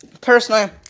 Personally